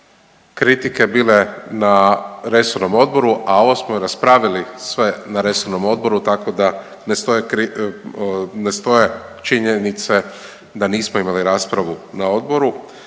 kritike bile na resornom odboru, a ovo smo raspravili sve na resornom odboru tako da ne stoje, ne stoje činjenice da nismo imali raspravu na odboru,